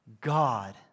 God